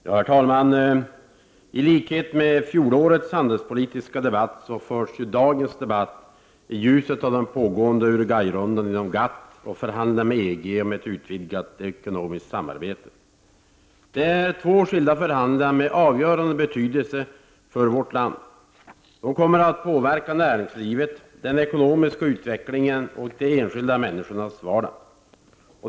Herr talman! I likhet med fjolårets handelspolitiska debatt förs dagens debatt i ljuset av den pågående Uruguay-rundan inom GATT och förhandlingarna med EG om ett utvidgat ekonomiskt samarbete. Det är två skilda förhandlingar med avgörande betydelse för vårt land. De kommer att påverka näringslivet, den ekonomiska utvecklingen och de enskilda människornas vardag.